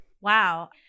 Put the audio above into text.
Wow